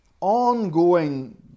ongoing